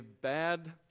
bad